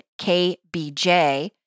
KBJ